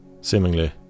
Seemingly